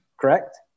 correct